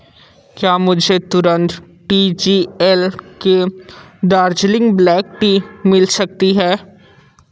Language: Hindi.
क्या मुझे तुरंत टी जी एल के दार्जिलिंग ब्लैक टी मिल सकती है